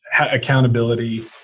accountability